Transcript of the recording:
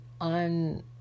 on